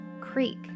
Creek